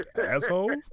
asshole